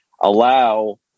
allow